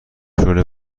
رول